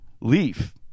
Leaf